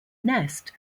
nest